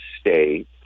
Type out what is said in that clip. state